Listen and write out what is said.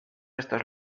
estos